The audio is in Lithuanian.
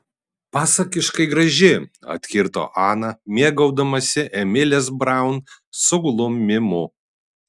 pasakiškai graži atkirto ana mėgaudamasi emilės braun suglumimu